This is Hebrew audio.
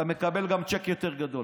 אתה מקבל גם צ'ק יותר גדול.